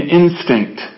instinct